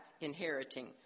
inheriting